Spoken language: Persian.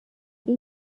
این